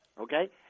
Okay